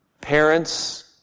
Parents